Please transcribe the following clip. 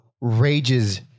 rage's